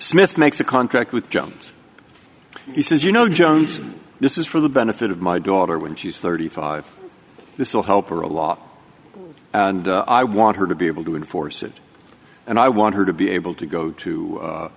smith makes a contract with jones he says you know jones this is for the benefit of my daughter when she's thirty five this will help are a law and i want her to be able to enforce it and i want her to be able to go to